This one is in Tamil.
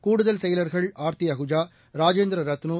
கூடுதல் செயலர்கள் ஆர்த்திஅஹுஜா ராஜேந்திரரத்னு